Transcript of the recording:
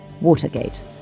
Watergate